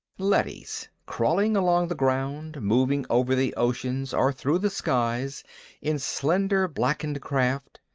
leadys, crawling along the ground, moving over the oceans or through the skies in slender, blackened craft,